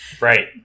Right